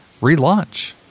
relaunch